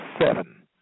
seven